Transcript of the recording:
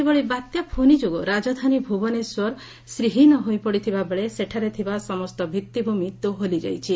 ସେହିଭଳି ବାତ୍ୟା ଫୋନି ଯୋଗୁଁ ରାକଧାନୀ ଭୁବନେଶ୍ୱର ଶ୍ରୀହୀନ ହୋଇପଡ଼ିଥିବା ବେଳେ ସେଠାରେ ଥିବା ସମସ୍ତ ଭିଭିଭିମି ଦୋହଲି ଯାଇଛି